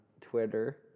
Twitter